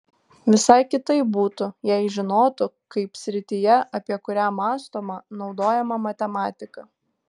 visai kitaip būtų jei žinotų kaip srityje apie kurią mąstoma naudojama matematika